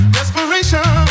Desperation